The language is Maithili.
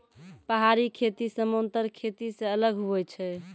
पहाड़ी खेती समान्तर खेती से अलग हुवै छै